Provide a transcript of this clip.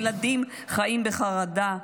ילדים חיים בחרדה,